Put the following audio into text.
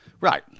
Right